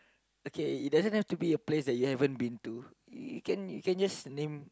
okay it doesn't have to be a place that you haven't been to you can you can just name